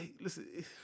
listen